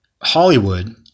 Hollywood